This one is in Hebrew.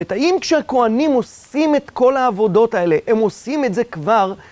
האם כשכהנים עושים את כל העבודות האלה, הם עושים את זה כבר